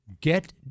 Get